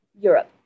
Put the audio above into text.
Europe